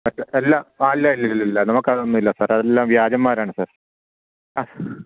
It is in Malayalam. അത് അല്ല ആ അല്ല അല്ല അല്ല അല്ല നമക്കതൊന്നുമില്ല സാർ അതെല്ലാം വ്യാജന്മാരാണ് സാർ ആ